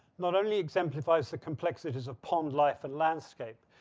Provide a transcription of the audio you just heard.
not only exemplifies the complexities of pond life and landscape,